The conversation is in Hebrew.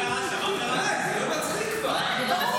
זה לא מצחיק כבר.